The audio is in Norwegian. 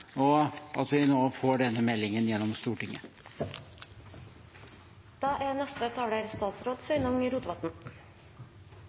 og for at vi nå får denne meldingen gjennom i Stortinget.